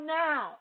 now